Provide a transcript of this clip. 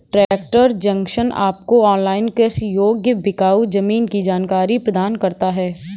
tractor junction आपको online कृषि योग्य बिकाऊ जमीन की जानकारी प्रदान करता है